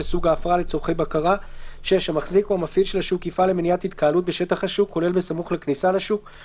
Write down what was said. ובלבד שהאמצעי לא יזהה או יאפשר זיהוי של הנכנסים והיוצאים,